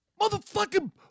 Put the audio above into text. Motherfucking